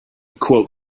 quote